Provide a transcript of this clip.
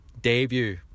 debut